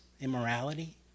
immorality